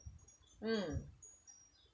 mm